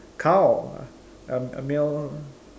cow a male